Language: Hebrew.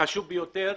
החשוב ביותר,